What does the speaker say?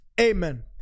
Amen